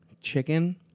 chicken